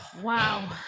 Wow